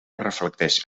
reflecteix